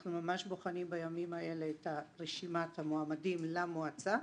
אנחנו ממש בוחנים בימים האלה את רשימת המועמדים למועצה.